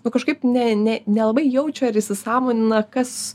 nu kažkaip ne ne nelabai jaučia ir įsisąmonina kas